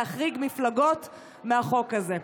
להחריג מפלגות מהחוק הזה.